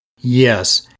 Yes